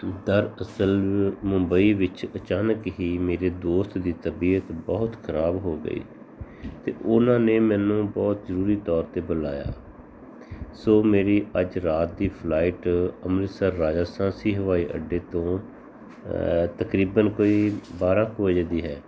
ਦਰਅਸਲ ਮੁੰਬਈ ਵਿੱਚ ਅਚਾਨਕ ਹੀ ਮੇਰੇ ਦੋਸਤ ਦੀ ਤਬੀਅਤ ਬਹੁਤ ਖਰਾਬ ਹੋ ਗਈ ਅਤੇ ਉਹਨਾਂ ਨੇ ਮੈਨੂੰ ਬਹੁਤ ਜ਼ਰੂਰੀ ਤੌਰ 'ਤੇ ਬੁਲਾਇਆ ਸੋ ਮੇਰੀ ਅੱਜ ਰਾਤ ਦੀ ਫਲਾਈਟ ਅੰਮ੍ਰਿਤਸਰ ਰਾਜਾ ਸੰਸੀ ਹਵਾਈ ਅੱਡੇ ਤੋਂ ਤਕਰੀਬਨ ਕੋਈ ਬਾਰਾਂ ਕੁ ਵਜੇ ਦੀ ਹੈ